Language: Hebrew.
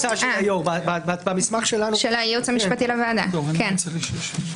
שאם מעלים טענה על תוקפו של חוק בבית משפט שלום,